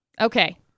okay